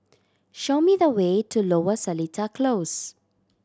show me the way to Lower Seletar Close